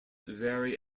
vary